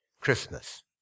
Christmas